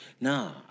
Nah